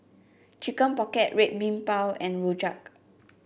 Chicken Pocket Red Bean Bao and Rojak